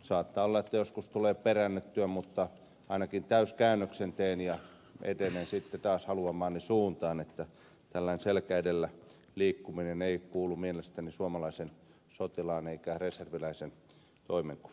saattaa olla että joskus tulee peräännyttyä mutta ainakin täyskäännöksen teen ja etenen sitten taas haluamaani suuntaan että tällainen selkä edellä liikkuminen ei kuulu mielestäni suomalaisen sotilaan eikä reserviläisen toiminta